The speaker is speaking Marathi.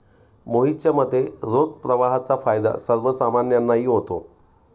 मोहितच्या मते, रोख प्रवाहाचा फायदा सर्वसामान्यांनाही होतो